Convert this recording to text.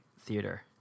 theater